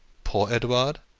poor edouard!